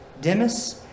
Demis